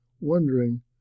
wondering